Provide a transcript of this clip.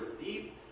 deep